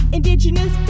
Indigenous